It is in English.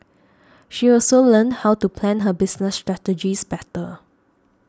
she also learned how to plan her business strategies better